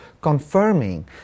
confirming